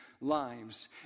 lives